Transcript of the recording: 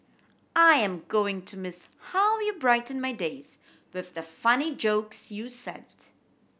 I am going to miss how you brighten my days with the funny jokes you sent